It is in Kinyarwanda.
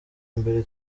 mbere